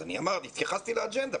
התייחסתי לאג'נדה.